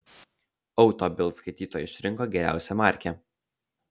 auto bild skaitytojai išrinko geriausią markę